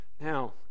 Now